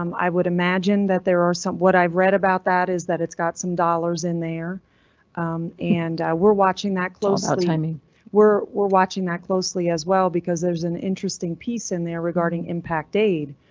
um i would imagine that there are some what i've read about that is that it's got some dollars in there and we're watching that closely. timing we're we're watching that closely closely as well, because there's an interesting piece in there regarding impact aid.